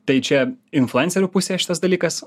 tai čia influencerių pusė šitas dalykas